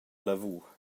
lavur